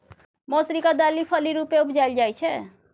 मौसरीक दालि फली रुपेँ उपजाएल जाइ छै